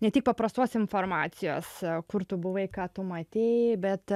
ne tik paprastos informacijos kur tu buvai ką tu matei bet